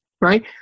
right